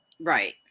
Right